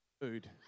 food